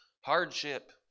hardship